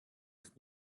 ist